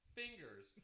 fingers